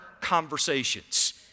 conversations